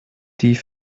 die